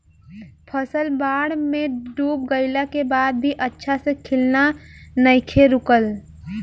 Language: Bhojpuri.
फसल बाढ़ में डूब गइला के बाद भी अच्छा से खिलना नइखे रुकल